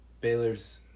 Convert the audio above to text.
Baylor's